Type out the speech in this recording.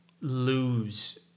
lose